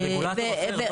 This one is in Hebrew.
אבל רגולטור אחר,